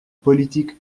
politique